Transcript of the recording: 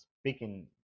speaking